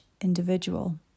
individual